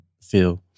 feel